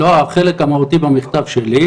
לא, החלק המהותי במכתב שלי,